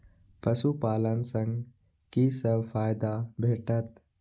पशु पालन सँ कि सब फायदा भेटत?